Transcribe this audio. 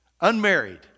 Unmarried